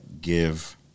give